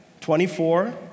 24